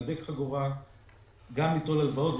להדק חגורה וגם ליטול הלוואות.